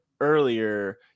earlier